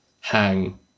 hang